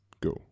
go